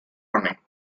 running